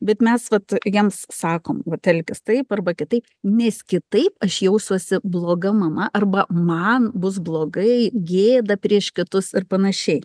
bet mes vat jiems sakom vat elkis taip arba kitaip nes kitaip aš jausiuosi bloga mama arba man bus blogai gėda prieš kitus ir panašiai